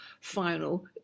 final